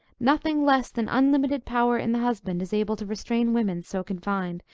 nothing less than unlimited power in the husband is able to restrain women so confined,